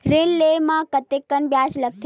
ऋण ले म कतेकन ब्याज लगथे?